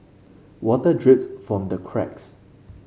water drips from the cracks